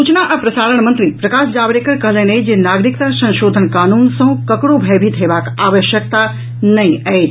सूचना आ प्रसारण मंत्री प्रकाश जावड़ेकर कहलनि अछि जे नागरिकता संशोधन कानून सॅ ककरो भयभीत हेबाक आवश्यकता नहि अछि